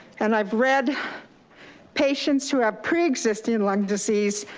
and i've read patients who have preexisting lung disease,